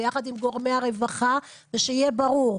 שיהיה ברור,